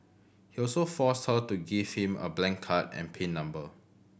he also forced her to give him a blank card and pin number